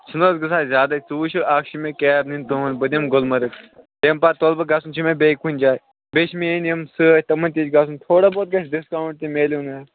چھِنہٕ حظ گژھان زیادٕے ژٕ وُچھ اَکھ چھِ مےٚ کیب نِنۍ تُہٕنٛز بہٕ دِمہٕ گُلمرگ تٔمہِ پتہٕ تُلہٕ بہٕ گژھُن چھُ مےٚ بیٚیہِ کُنہِ جایہِ بیٚیہِ چھِ میٛٲنۍ یِم سۭتۍ تِمَن تہِ چھِ گژھُن تھوڑا بہت گژھِ ڈِسکاوُنٛٹ تہِ میلُن اَتھ